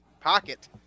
pocket